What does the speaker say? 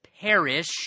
perish